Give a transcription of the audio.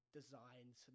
designs